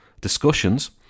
Discussions